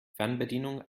fernbedienung